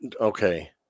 okay